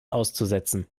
auszusetzen